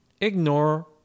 ignore